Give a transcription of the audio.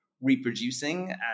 reproducing